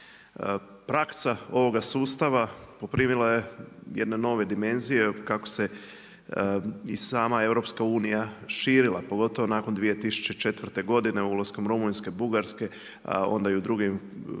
Praksa ovoga sustava poprimila je jedne nove dimenzije, kako se i sama EU širila pogotovo nakon 2004. godine ulaskom Rumunjske, Bugarske to je 2007.